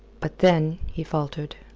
but then. he faltered.